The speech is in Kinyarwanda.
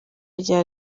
rya